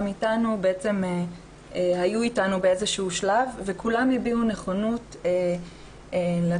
בעצם היו איתנו באיזה שהוא שלב וכולם הביעו נכונות להתחיל.